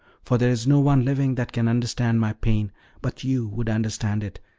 for there is no one living that can understand my pain but you would understand it,